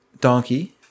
Donkey